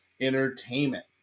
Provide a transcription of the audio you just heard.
Entertainment